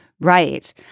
Right